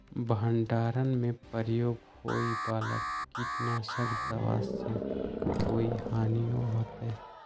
भंडारण में प्रयोग होए वाला किट नाशक दवा से कोई हानियों होतै?